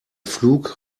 flug